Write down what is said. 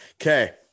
okay